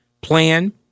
plan